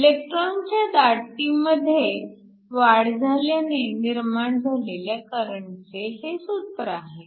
इलेकट्रॉनच्या दाटीमध्ये वाढ झाल्याने निर्माण झालेल्या करंटचे हे सूत्र आहे